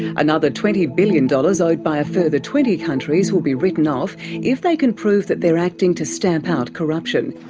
another twenty billion dollars owed by a further twenty countries will be written off if they can prove that they are acting to stamp out corruption.